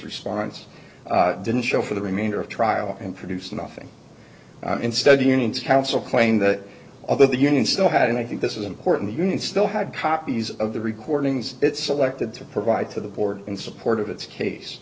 response didn't show for the remainder of trial and produced nothing instead unions counsel claimed that although the union still had and i think this is important the union still had copies of the recordings it selected to provide to the board in support of its case